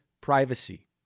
privacy